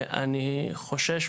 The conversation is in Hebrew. אני חושש,